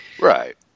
Right